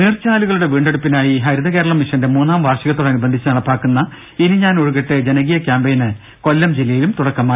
നീർച്ചാലുകളുടെ വീണ്ടെടുപ്പിനായി ഹരിതകേരള മിഷന്റെ മൂന്നാം വാർഷികത്തോടനുബന്ധിച്ച് നടപ്പിലാക്കുന്ന ഇനി ഞാൻ ഒഴുകട്ടെ ജനകീയ ക്യാമ്പയിന് കൊല്ലം ജില്ലയിലും തുടക്കമായി